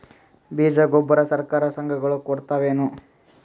ಬೀಜ ಗೊಬ್ಬರ ಸರಕಾರ, ಸಂಘ ಗಳು ಕೊಡುತಾವೇನು?